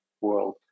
world